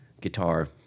guitar